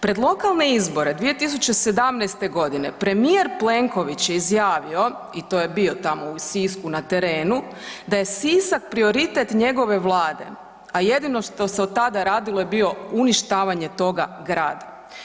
Pred lokalne izbore 2017.g. premijer Plenković je izjavio i to je bio tamo u Sisku na terenu, da je Sisak prioritet njegove Vlade, a jedino što se od tada radilo je bilo uništavanje toga grada.